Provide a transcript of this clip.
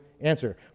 answer